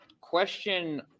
question